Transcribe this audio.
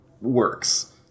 works